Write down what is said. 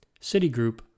Citigroup